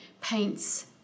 paints